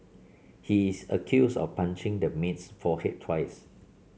he is accused of punching the maid's forehead twice